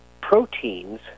proteins